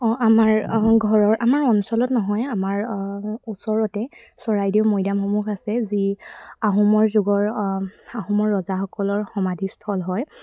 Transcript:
অঁ আমাৰ ঘৰৰ আমাৰ অঞ্চলত নহয় আমাৰ ওচৰতে চৰাইদেউ মৈদামসমূহ আছে যি আহোমৰ যুগৰ আহোমৰ ৰজাসকলৰ সমাধি স্থল হয়